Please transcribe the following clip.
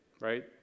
right